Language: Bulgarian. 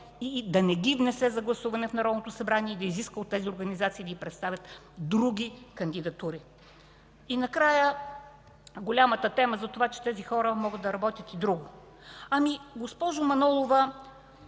да не ги внесе за гласуване в Народното събрание и да изиска от тези организации да й представят други кандидатури. И накрая, голямата тема за това, че тези хора могат да работят и друго. Госпожо Манолова,